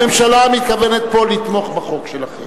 הממשלה מתכוונת לתמוך בחוק שלכם.